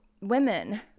women